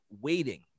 waiting